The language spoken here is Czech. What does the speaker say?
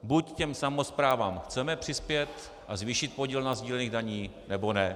Buď těm samosprávám chceme přispět a zvýšit podíl na sdílených daních, nebo ne.